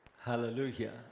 Hallelujah